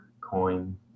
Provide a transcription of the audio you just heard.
Coin